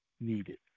needed